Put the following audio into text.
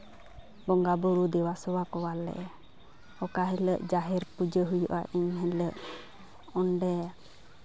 ᱵᱚᱸᱜᱟᱼᱵᱳᱨᱳ ᱫᱮᱵᱟ ᱥᱮᱵᱟ ᱠᱚᱣᱟᱞᱮ ᱚᱠᱟ ᱦᱤᱞᱳᱜ ᱡᱟᱦᱮᱨ ᱯᱩᱡᱟᱹ ᱦᱩᱭᱩᱜᱼᱟ ᱮᱱ ᱦᱤᱞᱳᱜ ᱚᱸᱰᱮ